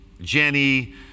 Jenny